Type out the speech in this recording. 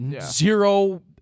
Zero